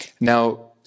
Now